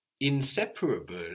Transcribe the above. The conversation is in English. Inseparable